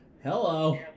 Hello